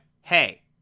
Hey